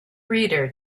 reader